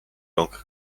rąk